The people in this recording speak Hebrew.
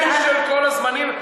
שיא של כל הזמנים.